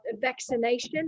vaccination